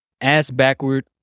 ass-backward